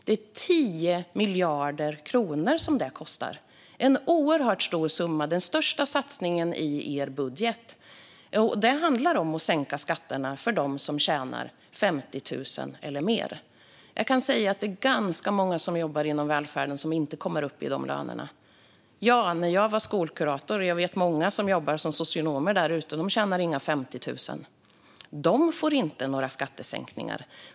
Det är 10 miljarder kronor som det kostar. Det är en oerhört stor summa, den största satsningen i er budget, och den handlar om att sänka skatterna för dem som tjänar 50 000 eller mer. Jag kan säga att det är ganska många som jobbar inom välfärden som inte kommer upp i de lönerna. Jag har själv varit skolkurator och känner många som jobbar som socionomer. De tjänar inga 50 000. De får inte några skattesänkningar.